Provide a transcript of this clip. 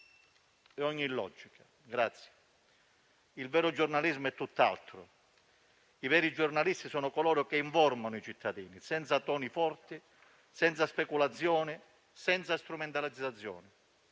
e ogni logica. Il vero giornalismo è tutt'altro. I veri giornalisti sono coloro che informano i cittadini, senza toni forti, speculazioni e strumentalizzazioni.